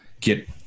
get